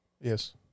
Yes